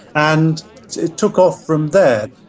and it took off from there.